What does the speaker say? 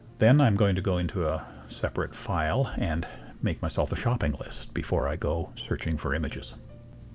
then i'm going to go into a separate file and make myself a shopping list before i go searching for images.